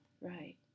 Right